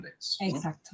Exacto